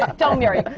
um don't marry